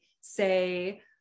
say